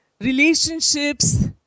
relationships